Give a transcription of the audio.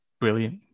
brilliant